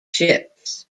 ships